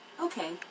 Okay